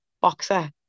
boxer